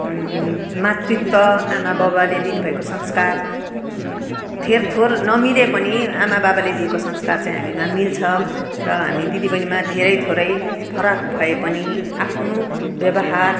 मातृत्व आमा बाबाले दिनु भएको संस्कार धेर थोर नमिले पनि आमा बाबाले दिएको संस्कार चाहिँ हामीमा मिल्छ र हामी दिदी बहिनीमा धेरै थोरै फरक भए पनि आफ्नो व्यवहार